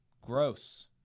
gross